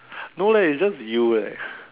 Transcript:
no leh is just you leh